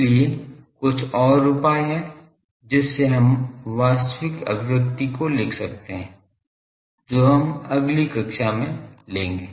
इसलिए कुछ और उपाय हैं जिससे हम वास्तविक अभिव्यक्ति को लिख सकते हैं जो हम अगली कक्षा में लेंगे